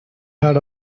heard